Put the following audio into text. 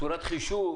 על צורת חישוב?